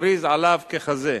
הכריז עליו ככזה.